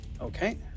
Okay